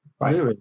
right